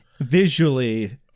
visually